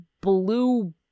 blue